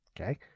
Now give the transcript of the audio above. okay